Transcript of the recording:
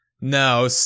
No